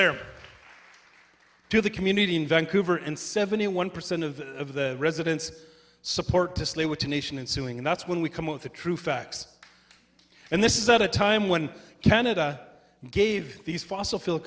there to the community in vancouver and seventy one percent of of the residents support to slay with the nation and suing and that's when we come up with the true facts and this is at a time when canada gave these f